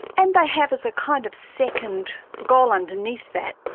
and they have as a kind of second goal underneath that,